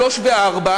שלוש שנים וארבע,